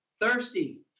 thirsty